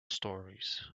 stories